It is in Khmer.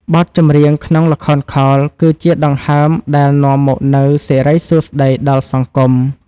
បទចម្រៀងក្នុងល្ខោនខោលគឺជាដង្ហើមដែលនាំមកនូវសិរីសួស្ដីដល់សង្គម។